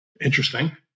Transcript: Interesting